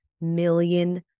million